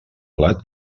blat